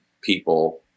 people